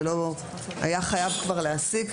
היה חייב כבר להעסיק,